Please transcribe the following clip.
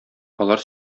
алар